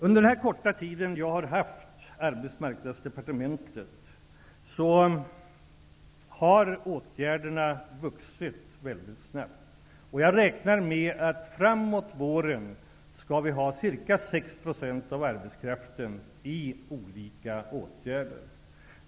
Under den korta tid som jag haft ansvaret för Arbetsmarknadsdepartementet har åtgärdernas omfång vuxit väldigt snabbt. Jag räknar med att vi framåt våren har ca 6 % av arbetskraften i olika åtgärder.